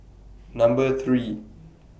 Number three